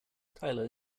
tyler